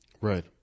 Right